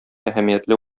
әһәмиятле